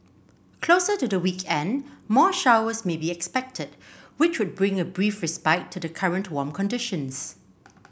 closer to the weekend more showers may be expected which would bring a brief respite to the current warm conditions